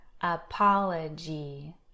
apology